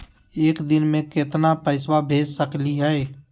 एक दिनवा मे केतना पैसवा भेज सकली हे?